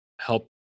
help